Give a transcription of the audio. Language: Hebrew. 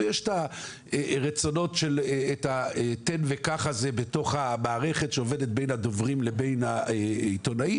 ויש את התן וקח הזה בתוך המערכת שעובדת בין הדוברים לבין העיתונאים.